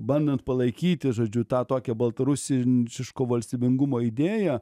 bandant palaikyti žodžiu tą tokią baltarusi iško valstybingumo idėją